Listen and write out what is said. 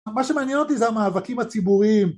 מה שמעניין אותי זה המאבקים הציבוריים